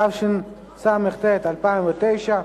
התשס"ט 2009,